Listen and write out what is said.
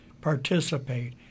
participate